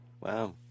Wow